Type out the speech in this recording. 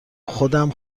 خودم